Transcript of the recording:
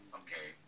okay